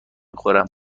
خورم